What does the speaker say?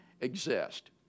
exist